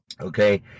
okay